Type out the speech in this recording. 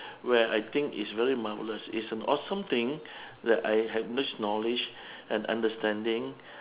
where I think it's very mildness is an awesome thing that I have this knowledge and understanding